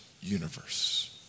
universe